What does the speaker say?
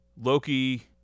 Loki